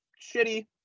shitty